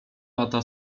lata